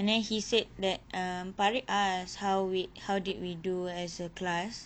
and then he said that um farid ask how we how did we do as a class